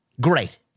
Great